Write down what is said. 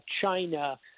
China